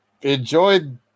enjoyed